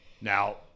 Now